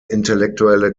intellektuelle